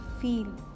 feel